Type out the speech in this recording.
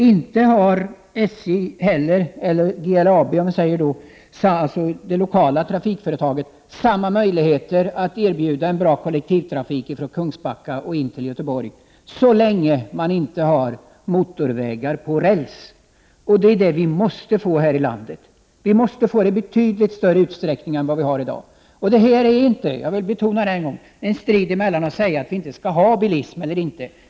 Inte har GLAB, dvs. det lokala trafikföretaget, samma möjligheter att erbjuda en bra kollektivtrafik från Kungsbacka till Göteborg. Dessa förutsättningar finns inte så länge det inte finns motorvägar på räls, och det är det vi måste få i detta land i betydligt större utsträckning än i dag. Jag vill betona att det inte är en strid mellan uppfattningar om vi skall ha bilism eller inte.